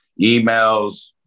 emails